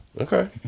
Okay